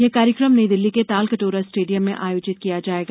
यह कार्यक्रम नई दिल्ली के तालकटोरा स्टेडियम में आयोजित किया जाएगा